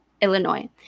Illinois